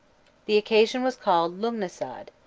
the occasion was called lugnasad,